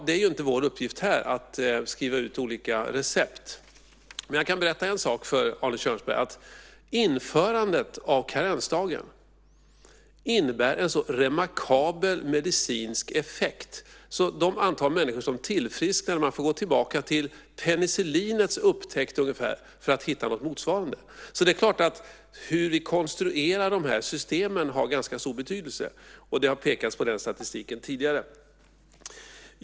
Det är inte vår uppgift här att skriva ut olika recept. Jag kan berätta en sak för Arne Kjörnsberg. Införandet av karensdagen innebär en sådan remarkabel medicinsk effekt när man ser till det antal människor som tillfrisknade att man får gå tillbaka till penicillinets upptäckt ungefär för att hitta något motsvarande. Hur vi konstruerar systemen har ganska stor betydelse. Den statistiken har man pekat på tidigare.